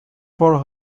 for